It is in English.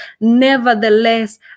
nevertheless